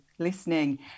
listening